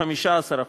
15%,